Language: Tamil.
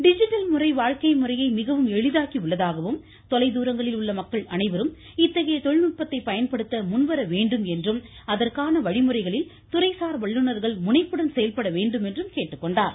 டிஜிட்டல் முறை வாழ்க்கை முறையை மிகவும் எளிதாக்கியுள்ளதாகவும் தொலைதூரங்களில் உள்ள மக்கள் அனைவரும் இத்தகைய தொழில்நுட்பத்தை பயன்படுத்த முன்வர வேண்டுமென்றும் அதற்கான வழிமுறைகளில் துறைசார் வல்லுநர்கள் முனைப்புடன் செயல்பட வேண்டுமென்றும் கேட்டுக்கொண்டார்